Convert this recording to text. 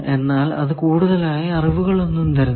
എന്നാൽ അത് കൂടുതലായി അറിവുകൾ ഒന്നും തരുന്നില്ല